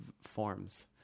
forms